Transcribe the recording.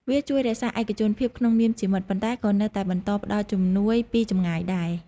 វាជួយរក្សាឯកជនភាពក្នុងនាមជាមិត្ត ប៉ុន្តែក៏នៅតែបន្តផ្តល់ជំនួយពីចម្ងាយដែរ។